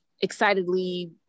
Excitedly